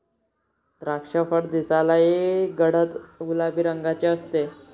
द्राक्षफळ दिसायलाही गडद गुलाबी रंगाचे असते